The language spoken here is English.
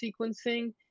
sequencing